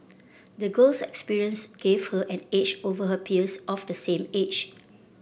the girl's experience gave her an edge over her peers of the same age